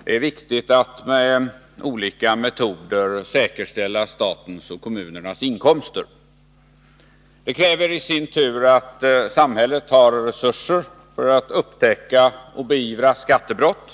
Herr talman! Det är viktigt att med olika metoder säkerställa statens och kommunernas inkomster. Det kräver i sin tur att samhället har resurser när det gäller att upptäcka och beivra skattebrott